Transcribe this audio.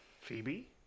Phoebe